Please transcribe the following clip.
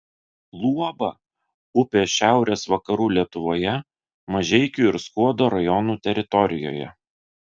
luoba upė šiaurės vakarų lietuvoje mažeikių ir skuodo rajonų teritorijoje